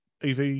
EV